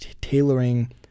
tailoring